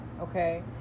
Okay